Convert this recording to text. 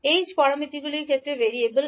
h প্যারামিটারগুলির ক্ষেত্রে variable